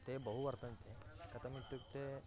ते बहु वर्तन्ते कथमित्युक्ते